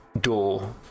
door